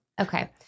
Okay